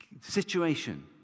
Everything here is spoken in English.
situation